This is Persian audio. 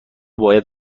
باید